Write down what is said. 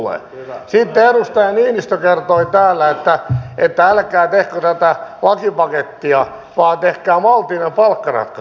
sitten edustaja niinistö kertoi täällä että älkää tehkö tätä lakipakettia vaan tehkää maltillinen palkkaratkaisu